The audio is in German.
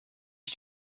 ich